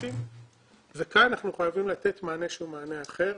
באוטובוסים וכאן אנחנו חייבים לתת מענה שהוא מענה אחר.